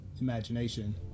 imagination